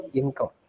income